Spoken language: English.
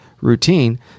routine